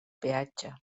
peatge